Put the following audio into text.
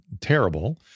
terrible